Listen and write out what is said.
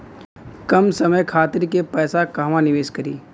कम समय खातिर के पैसा कहवा निवेश करि?